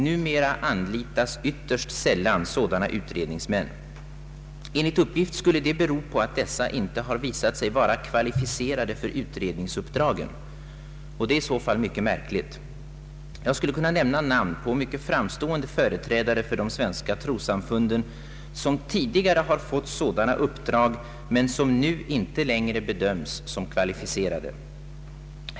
Numera anlitas ytterst sällan sådana utredningsmän. Enligt uppgift skulle det bero på att dessa inte har visat sig vara kvalificerade för utredningsuppdragen. Det är i så fall mycket märkligt. Jag skulle kunna nämna namn på mycket framstående företrädare för de svenska trossamfunden, som tidigare har fått sådana uppdrag men som nu inte längre bedöms som kvalificerade.